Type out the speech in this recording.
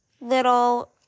little